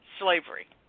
slavery